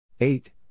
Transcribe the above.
Eight